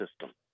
system